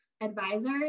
advisors